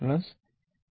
66 13